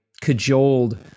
cajoled